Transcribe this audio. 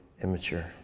immature